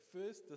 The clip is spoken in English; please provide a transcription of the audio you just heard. First